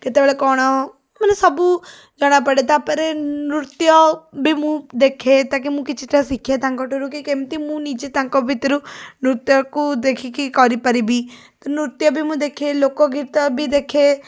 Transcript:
କେତେବେଳେ କ'ଣ ମାନେ ସବୁ ଜଣାପଡ଼େ ତାପରେ ନୃତ୍ୟ ବି ମୁଁ ଦେଖେ କିଛିଟା ତାଙ୍କ ଭିତରୁ ଶିଖେ ତାଙ୍କଠାରୁ କେମତି ମୁଁ ନିଜେ ତାଙ୍କ ଭିତରୁ ନୃତ୍ୟକୁ ଦେଖିକି କରିପାରିବି ନୃତ୍ୟ ବି ମୁଁ ଦେଖେ ଲୋକଗୀତ ବି ମୁଁ ଦେଖେ